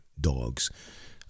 dogs